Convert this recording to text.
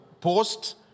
post